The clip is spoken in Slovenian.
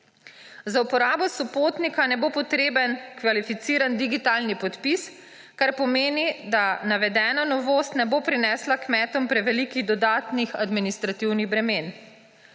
Za uporabo SOPOTNIKA ne bo potreben kvalificiran digitalni podpis, kar pomeni, da navedena novost ne bo prinesla kmetom prevelikih dodatnih administrativnih bremen.